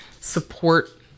support